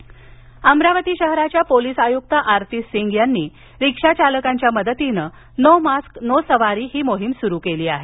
no mask no सवारी अमरावती शहराच्या police आयुक्त आरती सिंग यांनी रिक्षाचालकांच्या मदतीने नो मास्क नो सवारी ही मोहीम सुरू केली आहे